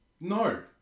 No